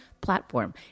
platform